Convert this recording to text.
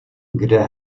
kde